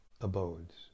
abodes